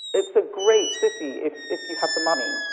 it's a great city if if you have the money.